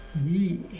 the